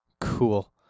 Cool